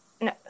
no